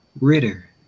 Ritter